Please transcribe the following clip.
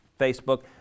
Facebook